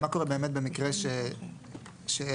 מה קורה במקרה שיש